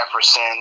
Jefferson